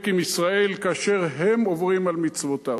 עם ישראל כאשר הם עוברים על מצוותיו.